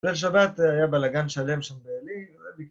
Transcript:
בליל שבת היה בלגן שלם שם בעלי...